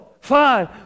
five